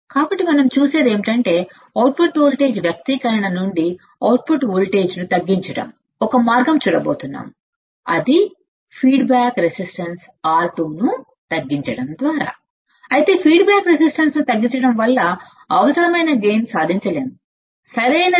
కాబట్టి మనం చూసేది ఏమిటంటే అవుట్పుట్ వోల్టేజ్ వ్యక్తీకరణ నుండి అవుట్పుట్ వోల్టేజ్ను తగ్గించడానికి ఒక మార్గం చూడబోతున్నాం అది ఫీడ్ బ్యాక్ రెసిస్టన్స్ R2 ను తగ్గించడం ద్వారా అయితే ఫీడ్బ్యాక్ రెసిస్టన్స్ ను తగ్గించడం వల్ల అవసరమైన గైన్ సాధించలేముసరియైనది